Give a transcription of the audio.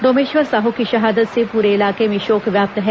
डोमेश्वर साहू की शहादत से पूरे इलाके में शोक व्याप्त है